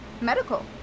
medical